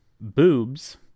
Boobs